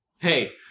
Hey